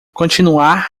continuar